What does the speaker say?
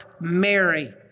Mary